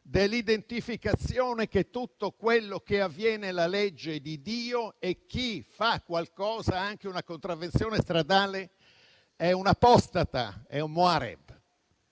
dell'identificazione che tutto quello che avviene è la legge di Dio e chi fa qualcosa, anche una contravvenzione stradale, è un apostata, un *mohareb*,